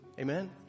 Amen